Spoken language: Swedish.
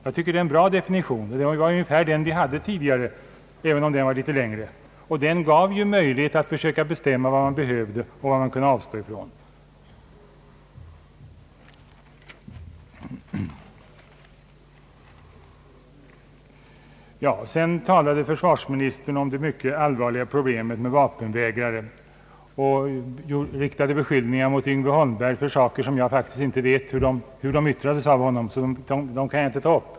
Jag tycker att detta är en bra definition, det var ungefär den vi hade tidigare, och den gav ju möjlighet att försöka bestämma vad man behövde och vad iman kunde avstå från. Sedan talade försvarsministern om det mycket allvarliga problemet med vapenvägrare och riktade beskyllningar mot Yngve Holmberg för yttranden som jag inte exakt känner till och som jag därför inte kan ta upp.